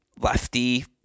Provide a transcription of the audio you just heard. Lefty